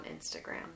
Instagram